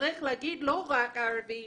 צריך לומר לא רק ערבית